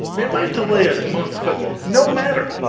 it might delay us months, but no matter,